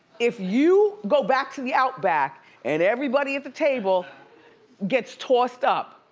if you go back to the outback and everybody at the table gets tossed up,